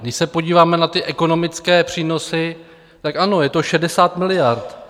Když se podíváme na ty ekonomické přínosy, tak ano, je to 60 miliard.